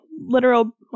literal